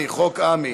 חוק עמ"י.